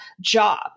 job